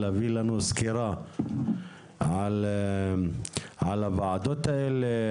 לתת לנו סקירה על הוועדות האלה,